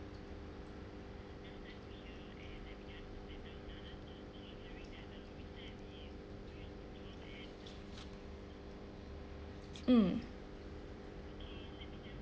mm